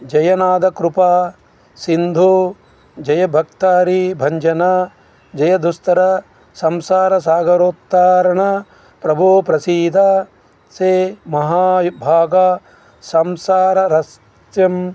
జయనాధ కృపా సింధూ జయభక్తారి భంజన జయదూస్తరా సంసార సాగరోప్తారణ ప్రభో ప్రసీదా సే మహా విభాగ సంసార రష్యం